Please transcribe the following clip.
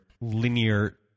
linear